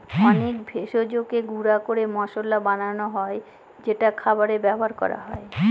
অনেক ভেষজকে গুঁড়া করে মসলা বানানো হয় যেটা খাবারে ব্যবহার করা হয়